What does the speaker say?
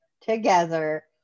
together